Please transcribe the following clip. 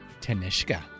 Tanishka